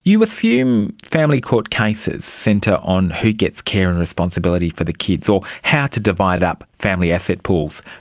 you assume family court cases centre on who gets care and responsibility for the kids or how to divide up family asset pools.